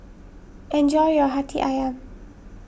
enjoy your Hati Ayam